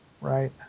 Right